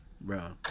bro